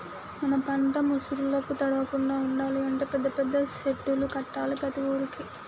మన పంట ముసురులకు తడవకుండా ఉండాలి అంటే పెద్ద పెద్ద సెడ్డులు కట్టాలి ప్రతి ఊరుకి